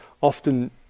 often